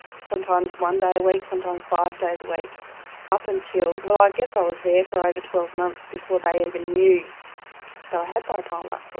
sometimes one day a week, sometimes five days a week up until, well i guess i was there for over twelve months before they even knew that i had bipolar. ah